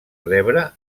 rebre